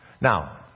Now